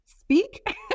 speak